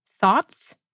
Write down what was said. thoughts